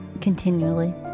continually